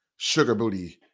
Sugarbooty